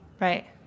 Right